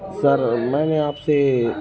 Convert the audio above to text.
سر میں نے آپ سے